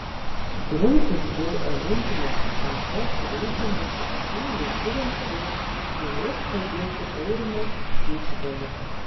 grumtis dėl olimpinės atrankos reitingo taškų lietuviams jau galės padėti aurimas didžbalis